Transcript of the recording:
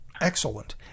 Excellent